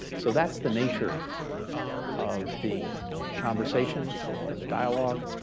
so that's the nature of the conversation and the dialogue.